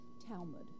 Talmud